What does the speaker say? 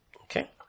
Okay